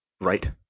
right